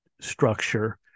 structure